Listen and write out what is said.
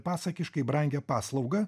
pasakiškai brangią paslaugą